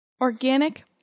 Organic